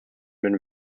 been